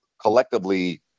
collectively